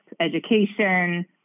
education